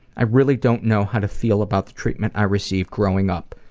i really don't know how to feel about the treatment i received growing up.